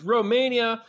Romania